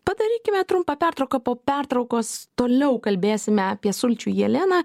padarykime trumpą pertrauką po pertraukos toliau kalbėsime apie sulčių jeleną